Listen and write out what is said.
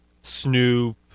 Snoop